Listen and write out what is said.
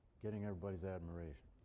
getting everybody's admiration.